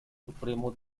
supremo